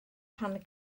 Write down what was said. pan